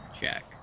check